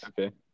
Okay